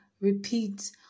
repeat